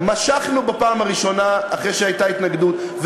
משכנו בפעם הראשונה אחרי שהייתה התנגדות,